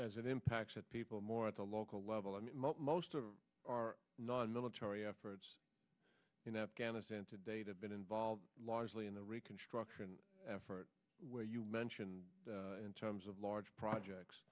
as it impacts that people more at the local level i mean most of our nonmilitary efforts in afghanistan today to been involved largely in the reconstruction effort where you mentioned in terms of large